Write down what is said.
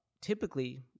Typically